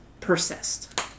persist